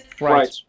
right